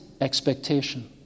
expectation